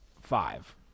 five